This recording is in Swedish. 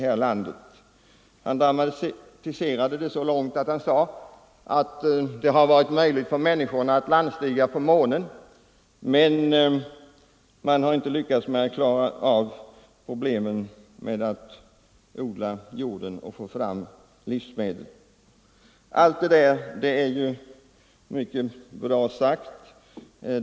Han dramatiserade så långt att han sade att det har varit möjligt för människorna att landstiga på månen, men de har inte lyckats klara problemet att odla jorden och få fram livsmedel. Det där är ju bra sagt.